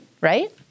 Right